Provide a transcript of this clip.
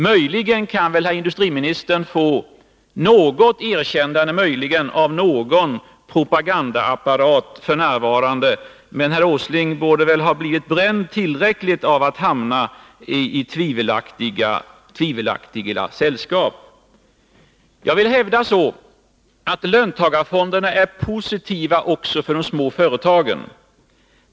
Möjligen kan industriministern f. n. få något erkännande av någon propagandaapparat, men herr Åsling borde ha blivit tillräckligt bränd av att hamna i tvivelaktigt sällskap. Jag hävdar att löntagarfonderna är positiva också för de små företagen.